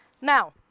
Now